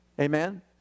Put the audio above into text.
Amen